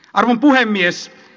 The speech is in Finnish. arvon puhemies